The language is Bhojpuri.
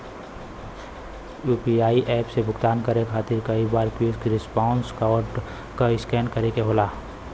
यू.पी.आई एप से भुगतान करे खातिर कई बार क्विक रिस्पांस कोड क स्कैन करे क होला